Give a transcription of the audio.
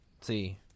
See